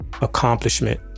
accomplishment